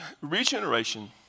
Regeneration